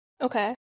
Okay